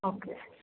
okay